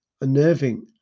unnerving